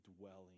dwelling